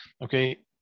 okay